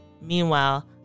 Meanwhile